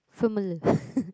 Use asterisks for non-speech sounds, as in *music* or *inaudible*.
fml *laughs*